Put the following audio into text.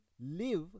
live